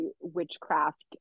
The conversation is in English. witchcraft